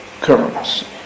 currency